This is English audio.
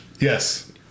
Yes